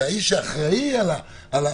זה האיש שאחראי על האוכל.